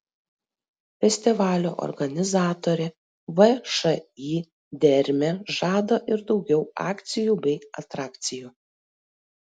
festivalio organizatorė všį dermė žada ir daugiau akcijų bei atrakcijų